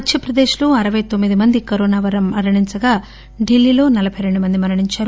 మధ్య ప్రదేశ్లో అరవై తోమ్మిది మంది మరణించగా ఢిల్లీలో నలబై రెండు మంది మరణించారు